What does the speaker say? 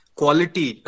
quality